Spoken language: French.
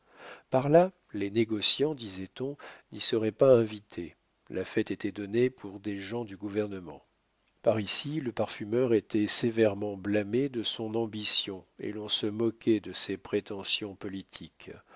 circonstance par-là les négociants disait-on n'y seraient pas invités la fête était donnée pour les gens du gouvernement par ici le parfumeur était sévèrement blâmé de son ambition et l'on se moquait de ses prétentions politiques